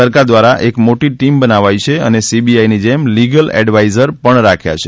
સરકાર દ્વારા એક મોટી ટિમ બનાવાઇ છે અને સીબીઆઈની જેમ લિગલ એડવાઇઝર્સ પણ રાખ્યા છે